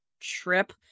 trip